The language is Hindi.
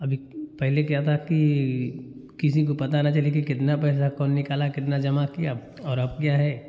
अभी पहले क्या था कि किसी को पता ना चले कि कितना पैसा कौन निकाला कितना जमा किया और अब क्या है